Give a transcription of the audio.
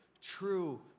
true